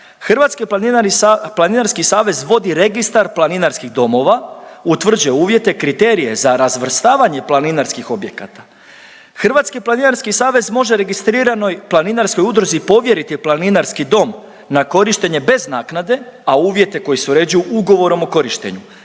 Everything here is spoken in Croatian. Hrvatski planinarski savez vodi registar planinarskih domova, utvrđuje uvjete, kriterije za razvrstavanje planinarskih objekata. Hrvatski planinarski savez može registriranoj planinarskoj udruzi povjeriti planinarski dom na korištenje bez naknade, a uvjete koji se uređuju ugovorom o korištenju,